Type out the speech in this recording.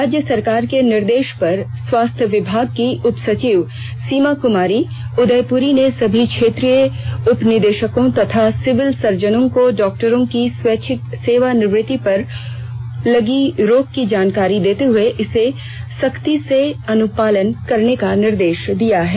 राज्य सरकार के निर्देश पर स्वास्थ्य विभाग की उपसचिव सीमा कुमारी उदयपुरी ने सभी क्षेत्रीय उपनिदेशकों तथा सिविल सर्जनों को डॉक्टरों की स्वैच्छिक सेवानिवृत्ति पर लगी रोक की जानकारी देते हए इसे सख्ती से अनुपालन करने का निर्देश दिया है